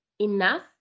enough